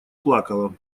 плакала